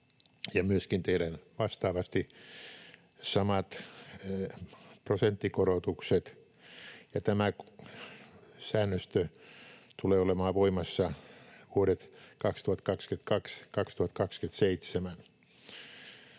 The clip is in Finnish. ja myöskin tehdään vastaavasti samat prosenttikorotukset, ja tämä säännöstö tulee olemaan voimassa vuodet 2022—2027.